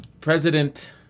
President